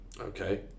Okay